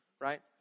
right